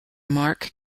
mark